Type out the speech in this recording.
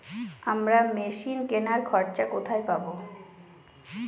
আমরা মেশিন কেনার খরচা কোথায় পাবো?